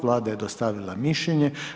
Vlada je dostavila mišljenje.